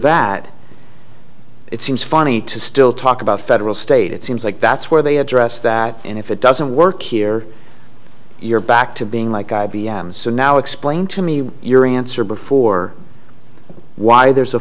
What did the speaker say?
that it seems funny to still talk about federal state it seems like that's where they address that and if it doesn't work here you're back to being like i b m so now explain to me your answer before why there's a